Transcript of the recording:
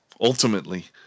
ultimately